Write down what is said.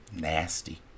Nasty